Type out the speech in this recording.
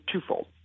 twofold